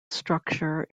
structure